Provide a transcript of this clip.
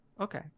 Okay